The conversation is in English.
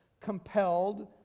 compelled